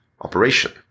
operation